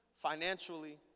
financially